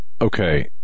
okay